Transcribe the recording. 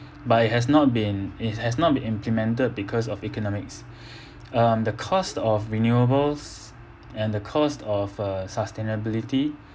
but it has not been it has not been implemented because of economics um the cost of renewables and the cost of uh sustainability